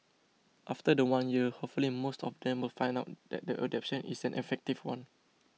after the one year hopefully most of them will find out that the adaptation is an effective one